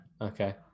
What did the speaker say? Okay